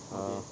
ya